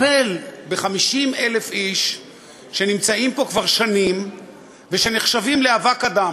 לטפל ב-50,000 איש שנמצאים פה כבר שנים ונחשבים לאבק אדם,